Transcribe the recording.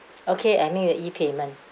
okay I make the E payment